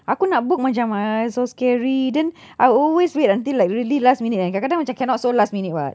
aku nak book macam ah so scary then I will always wait until like really last minute eh kadang-kadang macam cannot so last minute [what]